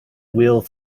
wheel